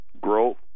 growth